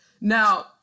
Now